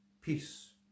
peace